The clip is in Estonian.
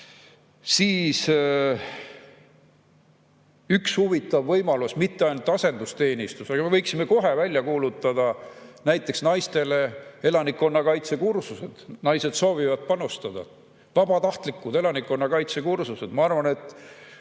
Üks huvitav võimalus: mitte ainult asendusteenistus, aga me võiksime kohe välja kuulutada näiteks naistele elanikkonnakaitsekursused, naised soovivad panustada. Vabatahtlikud elanikkonnakaitsekursused – ma arvan, et